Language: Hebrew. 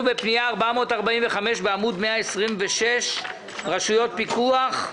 אנחנו בפנייה מס' 445 בעמוד 126 רשויות פיקוח.